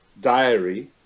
diary